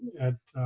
at